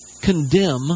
condemn